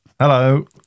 Hello